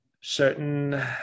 certain